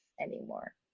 anymore